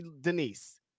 denise